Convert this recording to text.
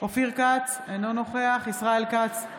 אופיר כץ, אינו נוכח ישראל כץ,